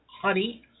honey